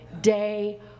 day